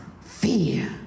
fear